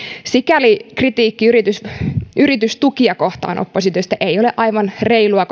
sikäli kritiikki yritystukia kohtaan oppositiosta ei ole aivan reilua